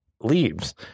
leaves